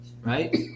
Right